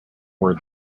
were